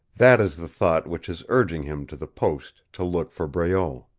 that is the thought which is urging him to the post to look for breault.